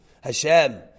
Hashem